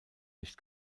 nicht